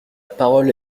parole